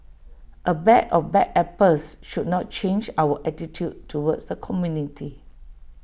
A bag of bad apples should not change our attitude towards the community